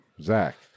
Zach